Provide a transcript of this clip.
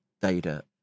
data